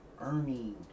earning